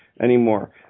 anymore